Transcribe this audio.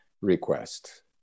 request